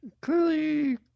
Clearly